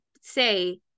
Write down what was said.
say